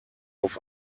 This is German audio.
auf